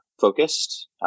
focused